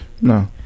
No